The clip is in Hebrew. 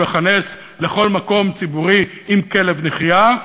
או: להיכנס לכל מקום ציבורי עם כלב נחייה.